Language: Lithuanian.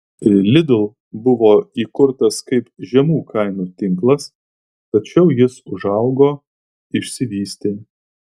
lidl buvo įkurtas kaip žemų kainų tinklas tačiau jis užaugo išsivystė